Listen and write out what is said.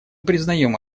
признаем